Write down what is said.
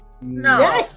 No